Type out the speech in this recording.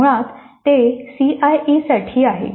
तर मुळात ते सीआयई साठी आहे